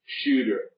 shooter